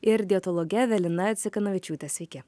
ir dietologe evelina cikanavičiūte sveiki